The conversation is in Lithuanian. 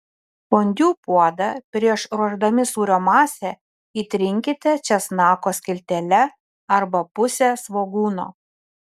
fondiu puodą prieš ruošdami sūrio masę įtrinkite česnako skiltele arba puse svogūno